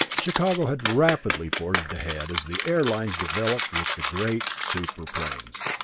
chicago had rapidly forged ahead, as the air lines developed with the great super-planes.